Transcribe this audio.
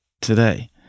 today